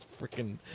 freaking